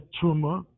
tumor